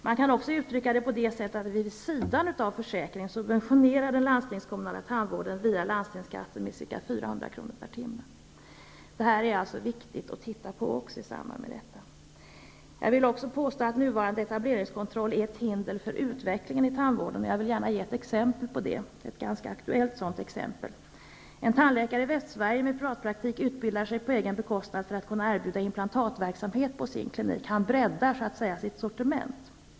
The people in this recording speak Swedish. Man kan också utrycka det på det sättet att vid sidan av försäkringen subventioneras den landstingskommunala tandvården via landstingsskatten med ca 400 kr. per timme. Det här är det också viktigt att titta på. Jag vill också påstå att nuvarande etableringskontroll är ett hinder för utvecklingen inom tandvården. Jag vill gärna ge ett exempel på det, ett ganska aktuellt sådant. En tandläkare i Västsverige med privatpraktik utbildar sig på egen bekostnad för att kunna erbjuda implantatverksamhet på sin klinik. Han så att säga breddar sitt sortiment.